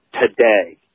today